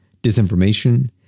disinformation